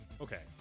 okay